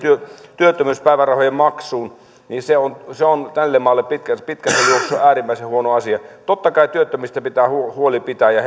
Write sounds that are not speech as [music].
työttömyyspäivärahojen maksua se on se on tälle maalle pitkässä pitkässä juoksussa äärimmäisen huono asia totta kai työttömistä pitää huoli pitää ja [unintelligible]